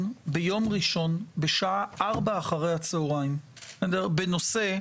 ביום ראשון בשעה 16:00 אחרי הצוהרים בנושא,